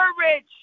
courage